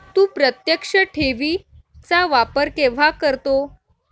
तू प्रत्यक्ष ठेवी चा वापर केव्हा करतो?